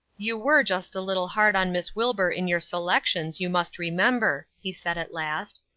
you were just a little hard on miss wilbur in your selections, you must remember, he said at last.